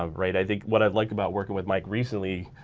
um right? i think what i like about working with mike recently,